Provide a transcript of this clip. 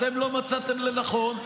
אתם לא מצאתם לנכון,